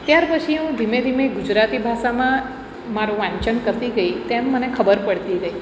ત્યારપછી હું ધીમે ધીમે ગુજરાતી ભાષામાં મારું વાંચન કરતી ગઈ તેમ મને ખબર પડતી રહી